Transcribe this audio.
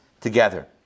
together